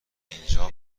اینجا